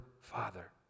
father